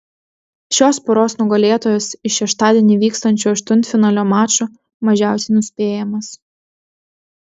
šios poros nugalėtojas iš šeštadienį vykstančių aštuntfinalio mačų mažiausiai nuspėjamas